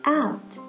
out